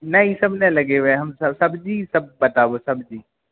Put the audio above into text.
नहि ईसभ नहि लगेबै हम सब्जीसभ बताबह सब्जी